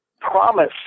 promise